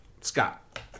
Scott